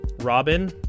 Robin